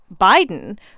Biden